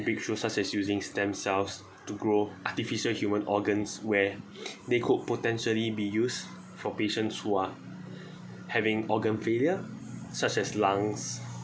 breakthroughs such as using stem cells to grow artificial human organs where they could potentially be used for patients who are having organ failure such as lungs